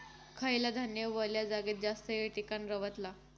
खयला धान्य वल्या जागेत जास्त येळ टिकान रवतला?